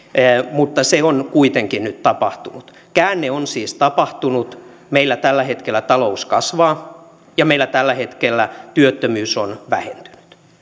mutta se on kuitenkin nyt tapahtunut käänne on siis tapahtunut meillä tällä hetkellä talous kasvaa ja meillä tällä hetkellä työttömyys on vähentynyt